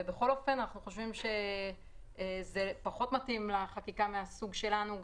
אנחנו חושבים שזה פחות מתאים לחקיקה מהסוג שלנו.